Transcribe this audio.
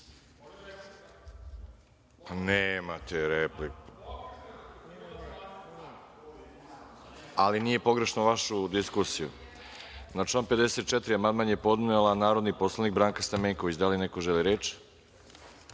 protumačen.)Ali nije pogrešno vašu diskusiju. Na član 54. Amandman je podnela narodni poslanik Branka Stamenković. Da li neko želi reč?